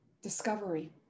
discovery